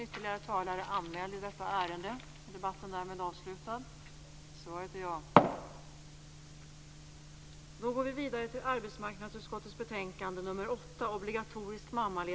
Fru talman!